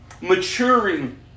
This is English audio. maturing